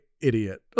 idiot